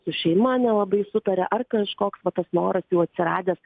su šeima nelabai sutaria ar kažkoks va tas noras jau atsiradęs